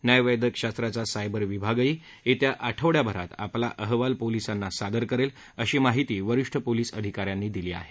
न्यायवैद्यक शास्त्राचा सायबर विभागही येत्या आठवड्याभरात आपला अहवाल पोलिसांना सादर करेल अशी माहिती वरिष्ठ पोलिस अधिकाऱ्यांनी दिली आहे